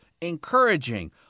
encouraging